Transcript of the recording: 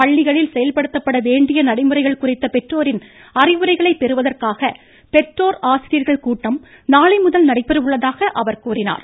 பள்ளிகளில் செயல்படுத்தப்பட வேண்டிய நடைமுறைகள் குறித்த பெற்றோரின் அறிவுரைகளை பெறுவதற்காக பெற்றோர் ஆசிரியர்கள் கூட்டம் நாளைமுதல் நடைபெற உள்ளதாக அவர் கூறினார்